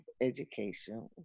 Education